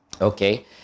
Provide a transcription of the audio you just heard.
Okay